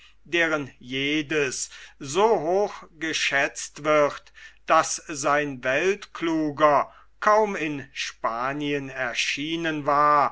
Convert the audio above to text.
deren jedes so hoch geschätzt wird daß sein weltkluger kaum in spanien erschienen war